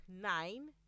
nine